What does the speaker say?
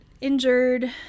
injured